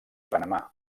panamà